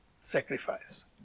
sacrifice